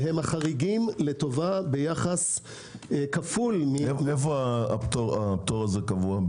והם החריגים לטובה ביחס כפול- -- מאיפה הפטור הזה קבוע?